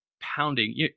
pounding